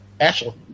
Ashley